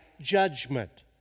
judgment